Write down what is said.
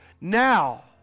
now